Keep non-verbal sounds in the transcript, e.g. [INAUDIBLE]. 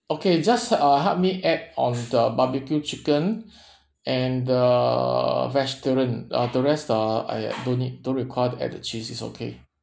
okay just uh help me add on the barbecue chicken [BREATH] and the vegetarian uh the rest uh I don't need don't require to add the cheese it's okay